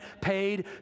paid